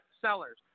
Sellers